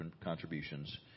contributions